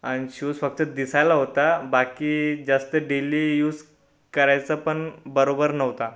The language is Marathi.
आणि शूज फक्त दिसायला होता बाकी जास्त डेल्ली यूज करायचं पण बरोबर नव्हता